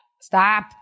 Stop